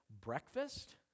breakfast